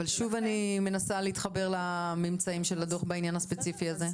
אבל אני שוב מנסה להתחבר לממצאים של הדוח בעניין הספציפי הזה.